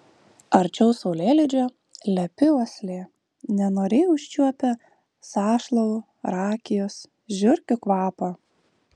arčiau saulėlydžio lepi uoslė nenoriai užčiuopia sąšlavų rakijos žiurkių kvapą